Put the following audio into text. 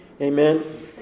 Amen